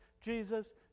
Jesus